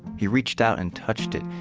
he reached out and touched it.